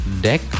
Deck